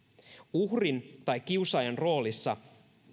uhrin tai kiusaajan roolissa